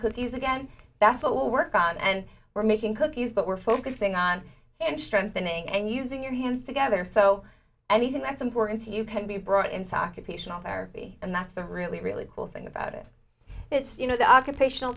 cookies again that's a little work on and we're making cookies but we're focusing on and strengthening and using your hands together so anything that's important to you can be brought in soc occasional therapy and that's a really really cool thing about it it's you know the occupational